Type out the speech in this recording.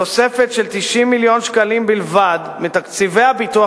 בתוספת של 90 מיליון שקלים בלבד מתקציב הביטוח